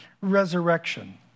resurrection